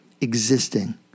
existing